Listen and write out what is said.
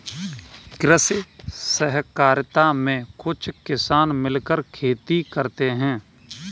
कृषि सहकारिता में कुछ किसान मिलकर खेती करते हैं